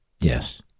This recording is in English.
Yes